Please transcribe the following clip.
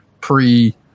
pre